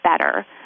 better